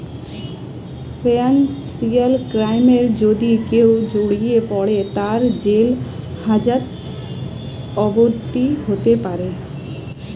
financial ক্রাইমে যদি কেও জড়িয়ে পরে, তার জেল হাজত অবদি হতে পারে